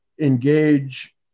engage